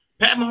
Pat